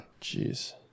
Jeez